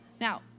Now